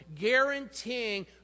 guaranteeing